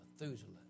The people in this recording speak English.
Methuselah